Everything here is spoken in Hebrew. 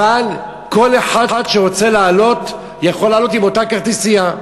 אבל כל אחד שרוצה לעלות יכול לעלות עם אותה כרטיסייה.